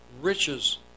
riches